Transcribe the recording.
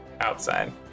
outside